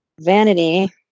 Vanity